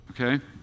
okay